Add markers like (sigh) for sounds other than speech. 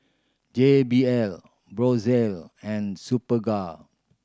J B L (unintelligible) and Superga